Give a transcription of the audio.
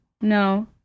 No